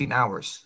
hours